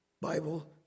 Bible